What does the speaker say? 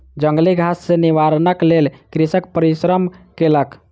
जंगली घास सॅ निवारणक लेल कृषक परिश्रम केलक